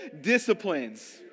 Disciplines